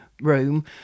room